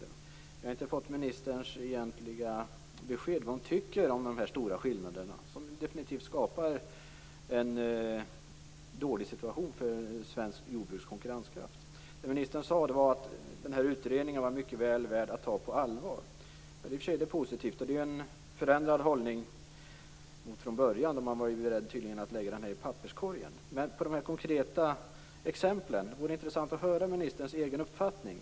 Men jag har inte fått något egentligt besked från ministern om vad hon tycker om de stora skillnader som finns och som definitivt skapar en dålig situation för svenskt jordbruks konkurrenskraft. Ministern sade att utredningen i fråga mycket väl är värd att tas på allvar. I och för sig är det positivt. Det innebär en ändrad hållning jämfört med hur det var från början, då man tydligen var beredd att låta utredningen hamna i papperskorgen. Beträffande de konkreta exemplen vore det intressant att höra ministerns egen uppfattning.